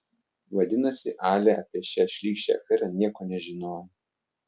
vadinasi alia apie šią šlykščią aferą nieko nežinojo